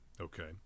Okay